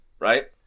right